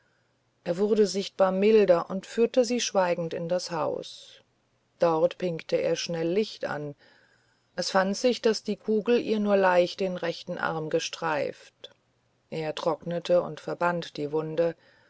er wurde sichtbar milder und führte sie schweigend in das haus dort pinkte er schnell licht an es fand sich daß die kugel ihr nur leicht den rechten arm gestreift er trocknete und verband die wunde